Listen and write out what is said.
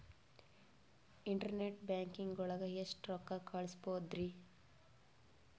Internet banking ಒಳಗೆ ಎಷ್ಟ್ ರೊಕ್ಕ ಕಲ್ಸ್ಬೋದ್ ರಿ?